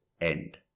end